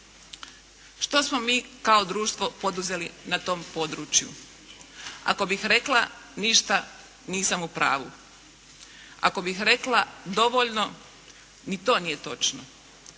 Što smo mi kao društvo poduzeli na tom području, ako bih rekla ništa, nisam u pravu. Ako bih rekla dovoljno, ni to nije točno.